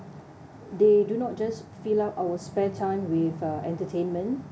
they do not just fill up our spare time with uh entertainment